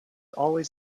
always